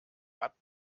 hat